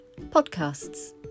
Podcasts